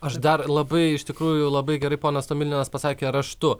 aš dar labai iš tikrųjų labai gerai ponas tomilinas pasakė raštu